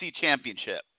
championship